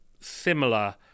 similar